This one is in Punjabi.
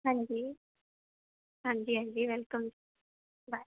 ਹਾਂਜੀ ਹਾਂਜੀ ਹਾਂਜੀ ਵੈਲਕਮ ਬਾਏ